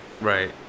Right